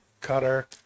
cutter